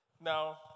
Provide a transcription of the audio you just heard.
Now